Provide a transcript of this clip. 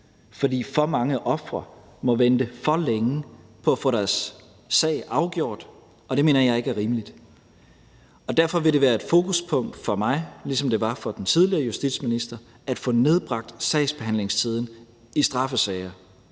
for for mange ofre må vente for længe på at få deres sag afgjort, og det mener jeg ikke er rimeligt. Derfor vil det være et fokuspunkt for mig, ligesom det var for den tidligere justitsminister, at få nedbragt sagsbehandlingstiden i straffesager.